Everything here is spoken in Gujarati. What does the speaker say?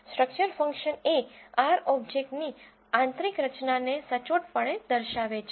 સ્ટ્રક્ચર ફંક્શન એ R ઓબ્જેક્ટ ની આંતરિક રચનાને સચોટપણે દર્શાવે છે